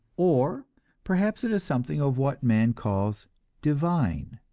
or perhaps it is something of what man calls divine.